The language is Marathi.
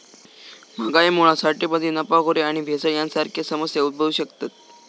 महागाईमुळा साठेबाजी, नफाखोरी आणि भेसळ यांसारखे समस्या उद्भवु शकतत